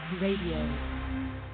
radio